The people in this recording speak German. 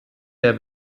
der